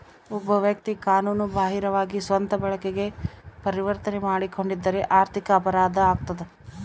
ಒಬ್ಬ ವ್ಯಕ್ತಿ ಕಾನೂನು ಬಾಹಿರವಾಗಿ ಸ್ವಂತ ಬಳಕೆಗೆ ಪರಿವರ್ತನೆ ಮಾಡಿಕೊಂಡಿದ್ದರೆ ಆರ್ಥಿಕ ಅಪರಾಧ ಆಗ್ತದ